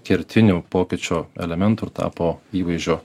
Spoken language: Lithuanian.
kertinių pokyčio elementų ir tapo įvaizdžio